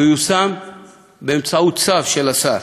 יושם באמצעות צו של השר,